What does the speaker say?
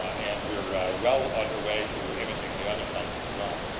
and we're well underway to imaging the other types as well.